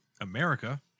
America